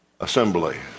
assembly